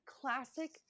classic